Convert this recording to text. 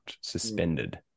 suspended